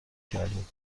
کردی